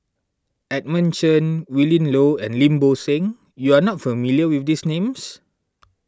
Edmund Chen Willin Low and Lim Bo Seng you are not familiar with these names